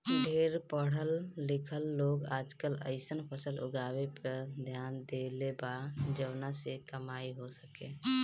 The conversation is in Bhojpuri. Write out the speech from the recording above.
ढेर पढ़ल लिखल लोग आजकल अइसन फसल उगावे पर ध्यान देले बा जवना से कमाई हो सके